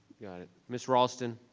got it, ms. raulston.